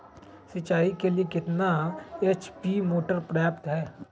सिंचाई के लिए कितना एच.पी मोटर पर्याप्त है?